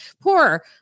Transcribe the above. Poor